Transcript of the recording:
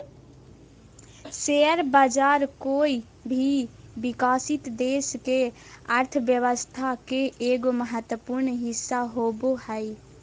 share बाज़ार कोय भी विकसित देश के अर्थ्व्यवस्था के एगो महत्वपूर्ण हिस्सा होबो हइ